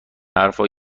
حرفا